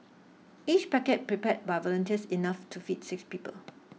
each packet prepared by volunteers enough to feed six people